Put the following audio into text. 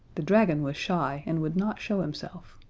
the dragon was shy, and would not show himself.